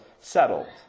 settled